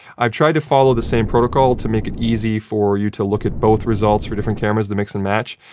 i've tried to follow the same protocol to make it easy for you to look at both results for different cameras to mix and match.